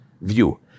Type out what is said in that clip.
view